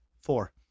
Four